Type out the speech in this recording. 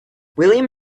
william